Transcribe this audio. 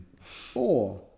four